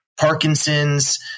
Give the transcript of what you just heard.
Parkinson's